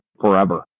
forever